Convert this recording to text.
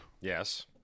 Yes